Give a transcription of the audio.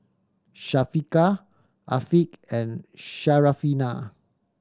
Syafiqah Afiq and Syarafina